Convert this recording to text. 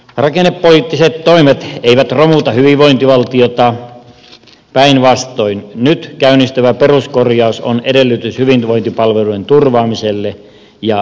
rakennepoliittiset toimet eivät romuta hyvinvointivaltiota päinvastoin nyt käynnistyvä peruskorjaus on edellytys hyvinvointipalvelujen turvaamiselle ja kehittämiselle